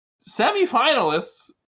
semi-finalists